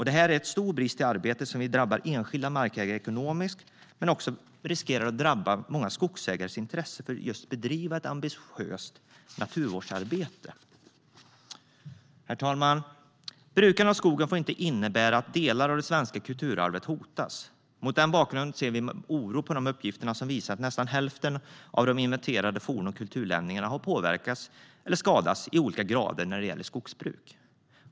Det är en stor brist i arbetet som drabbar enskilda markägare ekonomiskt men också riskerar att påverka många skogsägares intresse för att bedriva ett ambitiöst naturvårdsarbete. Herr talman! Brukandet av skogen får inte innebära att delar av det svenska kulturarvet hotas. Mot den bakgrunden ser vi med oro på de uppgifter som visar att nästan hälften av de inventerade forn och kulturlämningarna har påverkats eller skadats i olika grader när det gäller skogsbruk.